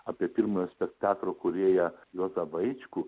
apie pirmojo spec teatro kūrėją juozą vaičkų